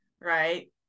right